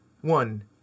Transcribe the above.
one